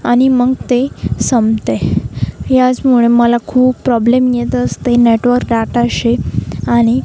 आणि मग ते संपते याचमुळे मला खूप प्रॉब्लेम येत असते नेटवर्क डाटाशी आणि